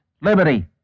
liberty